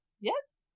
Yes